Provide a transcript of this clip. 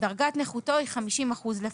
דרגת נכותו היא 50 אחוזים לפחות.